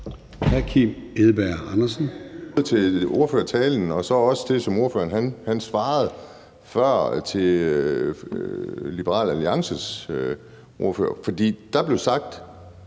Hr. Kim Edberg Andersen.